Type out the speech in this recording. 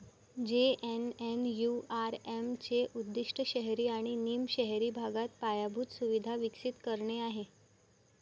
JNNURM चे उद्दीष्ट शहरी आणि निम शहरी भागात पायाभूत सुविधा विकसित करणे आहे